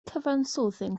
cyfansoddyn